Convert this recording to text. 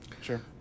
sure